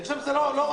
אני חושב שזה לא ראוי.